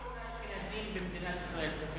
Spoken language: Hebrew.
מה שיעור האשכנזים במדינת ישראל באופן